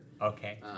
Okay